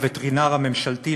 לווטרינר הממשלתי,